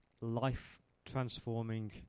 life-transforming